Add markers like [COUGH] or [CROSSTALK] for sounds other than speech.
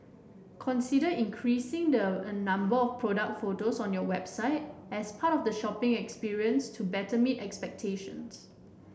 consider increasing the [UNINTELLIGIBLE] number of product photos on your website as part of the shopping experience to better meet expectations